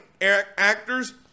actors